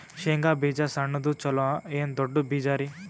ಶೇಂಗಾ ಬೀಜ ಸಣ್ಣದು ಚಲೋ ಏನ್ ದೊಡ್ಡ ಬೀಜರಿ?